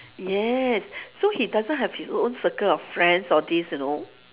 yes so he doesn't have his o~ own circle of friends all this you know